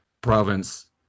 province